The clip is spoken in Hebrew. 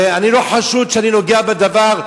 ואני לא חשוד שאני נוגע בדבר,